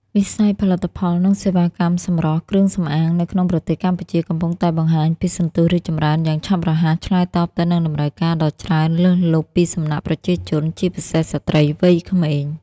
វិស័យផលិតផល និងសេវាកម្មសម្រស់ គ្រឿងសម្អាង នៅក្នុងប្រទេសកម្ពុជា កំពុងតែបង្ហាញពីសន្ទុះរីកចម្រើនយ៉ាងឆាប់រហ័ស ឆ្លើយតបទៅនឹងតម្រូវការដ៏ច្រើនលើសលប់ពីសំណាក់ប្រជាជន ជាពិសេសស្រ្តីវ័យក្មេង។